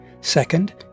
second